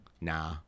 Nah